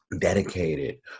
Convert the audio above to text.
dedicated